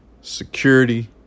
security